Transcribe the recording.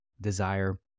desire